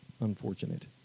unfortunate